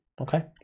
okay